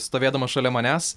stovėdamas šalia manęs